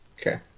Okay